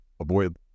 avoid